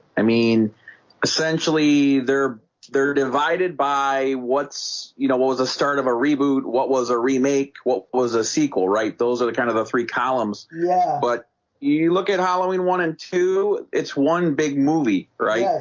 i mean essentially, they're they're divided by what's you know was a start of a reboot. what was a remake? what was a sequel right? those are the kind of the three columns, yeah but you look at halloween one and two it's one big movie, right?